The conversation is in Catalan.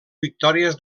victòries